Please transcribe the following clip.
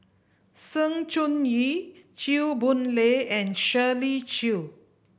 Sng Choon Yee Chew Boon Lay and Shirley Chew